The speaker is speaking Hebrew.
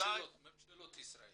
--- ממשלות ישראל.